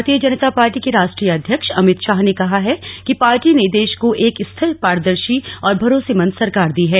भारतीय जनता पार्टी के राष्ट्रीय अध्यक्ष अमित शाह ने कहा है कि पार्टी ने देश को एक स्थिर पारदर्शी और भरोसेमंद सरकार दी है